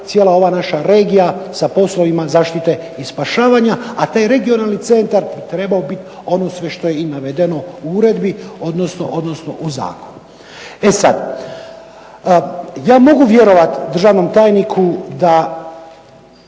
cijela ova naša regija sa poslovima zaštite i spašavanja, a taj Regionalni centar trebao bi ono sve što je i navedeno u uredbi odnosno u zakonu. E sad, ja mogu vjerovat državnom tajniku da